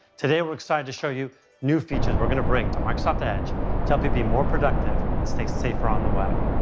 today, we're excited to show you new features we're going to bring to microsoft edge to help you be more productive and stay safer on the web.